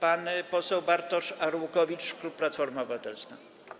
Pan poseł Bartosz Arłukowicz, klub Platforma Obywatelska.